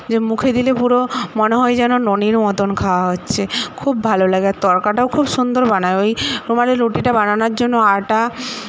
যে মুখে দিলে পুরো মনে হয় যেন ননির মতন খাওয়া হচ্ছে খুব ভালো লাগে আর তড়কাটাও খুব সুন্দর বানায় ওই রুমালি রুটিটা বানানোর জন্য আটা